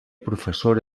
professora